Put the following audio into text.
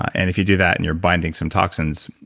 and if you do that and you're binding some toxins,